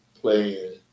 playing